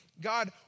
God